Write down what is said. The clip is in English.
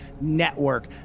Network